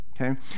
Okay